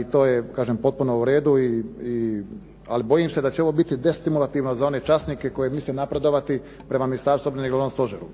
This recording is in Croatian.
i to je kažem potpuno u redu, ali bojim se da će ovo biti destimulativno za one časnike koji misle napredovati prema Ministarstvu obrane i Glavnom stožeru.